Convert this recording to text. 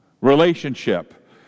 relationship